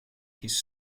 his